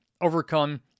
overcome